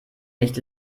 nicht